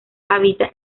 habita